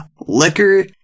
liquor